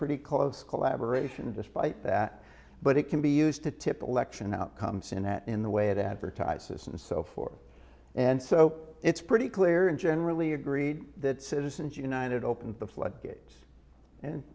pretty close collaboration despite that but it can be used to tip election outcomes in that in the way it advertises and so forth and so it's pretty clear and generally agreed that citizens united opened the floodgates and